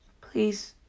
Please